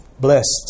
blessed